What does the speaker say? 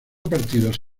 partidos